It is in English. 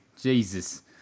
Jesus